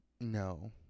No